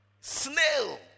Snail